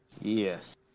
Yes